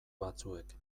batzuek